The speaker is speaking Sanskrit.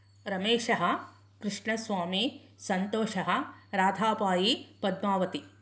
रमेशः कृष्णस्वामी सन्तोषः राधाबाई पद्मावती